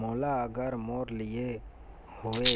मोला अगर मोर लिए हुए